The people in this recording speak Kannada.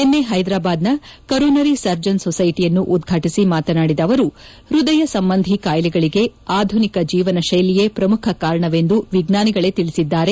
ನಿನ್ನೆ ಹ್ಲೆದ್ರಾಬಾದ್ನ ಕರೋನರಿ ಸರ್ಜನ್ ಸೊಸೈಟಿಯನ್ನು ಉದ್ವಾಟಿಸಿ ಮಾತನಾಡಿದ ಅವರು ಹ್ವದಯ ಸಂಬಂಧಿ ಖಾಯಿಲೆಗಳಿಗೆ ಆಧುನಿಕ ಜೀವನ ಕ್ನೆಲಿಯೇ ಪ್ರಮುಖ ಕಾರಣವೆಂದು ವಿಜ್ಞಾನಿಗಳೇ ತಿಳಿಸಿದ್ದಾರೆ